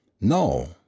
No